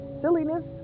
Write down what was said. silliness